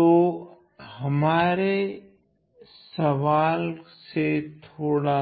तो मैं हमारे सवाल से थोड़ा